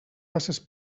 faces